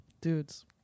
dudes